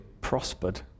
prospered